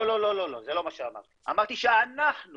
אמרתי שאנחנו